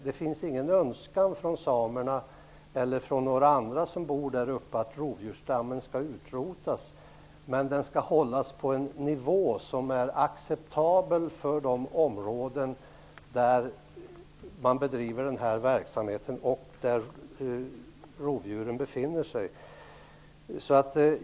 Det finns ingen önskan från samerna eller några andra som bor där uppe att rovdjursstammen skall utrotas, men de vill att den skall hållas på en nivå som är acceptabel för de områden där man bedriver rennäring.